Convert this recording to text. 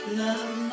love